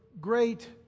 great